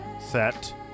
set